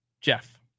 Jeff